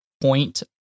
point